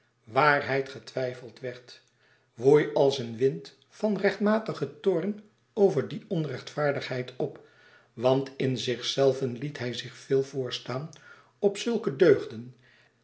waarheid getwijfeld werd woei als een wind van rechtmatigen toorn over die onrechtvaardigheid op want in zichzelven liet hij zich veel voorstaan op zulke deugden